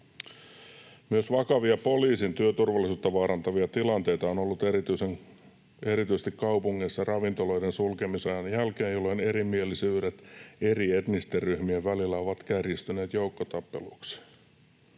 Myös vakavia poliisin työturvallisuutta vaarantavia tilanteita on ollut erityisesti kaupungeissa ravintoloiden sulkemisajan jälkeen, jolloin erimielisyydet eri etnisten ryhmien välillä ovat kärjistyneet joukkotappeluiksi.